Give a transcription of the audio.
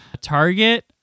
target